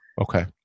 okay